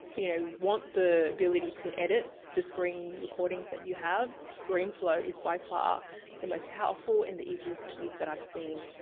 you know, want the ability to edit the screen recordings that you have, screenflow is by far the most powerful and the easiest to use that i've seen